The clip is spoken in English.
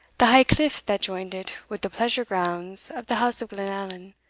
the high cliff that joined it with the pleasure-grounds of the house of glenallan,